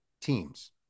teams